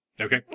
okay